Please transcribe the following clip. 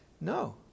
No